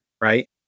right